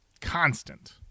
constant